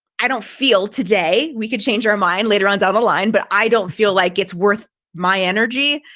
i don't feel today, we could change our mind later on down the line, but i don't feel like it's worth my energy,